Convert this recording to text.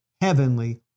heavenly